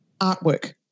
artwork